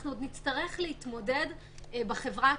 אנחנו עוד נצטרך להתמודד בחברה הקהילתית.